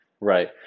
right